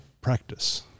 practice